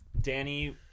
Danny